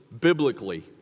biblically